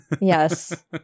yes